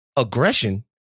Aggression